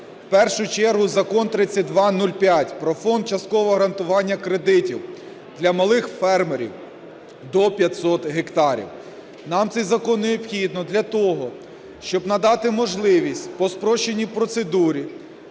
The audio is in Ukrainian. У першу чергу Закон 3205 про фонд часткового гарантування кредитів для малих фермерів до 500 гектарів. Нам цей закон необхідний для того, щоб надати можливість по спрощеній процедурі